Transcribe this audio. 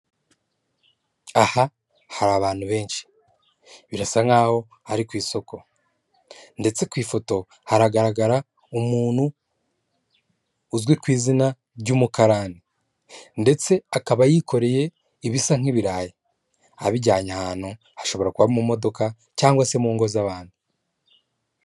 Aha hari abantu benshi birasa nkaho ari ku isoko, ndetse ku ifoto haragaragara umuntu uzwi ku izina ry'umukarani, ndetse akaba yikoreye ibisa nk'ibirayi abijyanye ahantu hashobora kuba mu modoka cyangwa se mu ngo z'abantu.